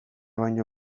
baino